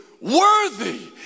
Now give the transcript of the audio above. worthy